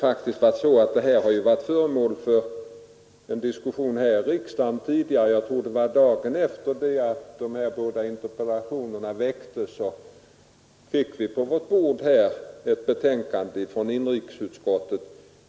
Saken har tidigare varit föremål för en diskussion här i riksdagen — jag tror att den ägde rum dagen efter det dessa båda interpellationer ställdes. Vi fick då på vårt bord ett betänkande från inrikesutskottet.